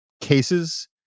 cases